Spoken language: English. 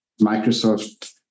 Microsoft